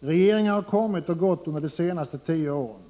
Regeringar har kommit och gått under de senaste tio åren.